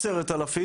10 אלפים,